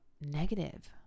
negative